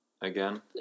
again